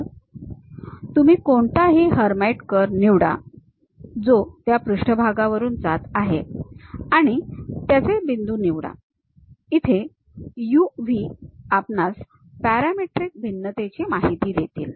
तर तुम्ही कोणताही हर्माइट कर्व निवडा जो त्या पृष्ठभागावरून जात आहे आणि त्याचे बिंदू निवडा इथे u v आपणास पॅरामेट्रिक भिन्नतेची माहिती देतील